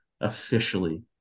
officially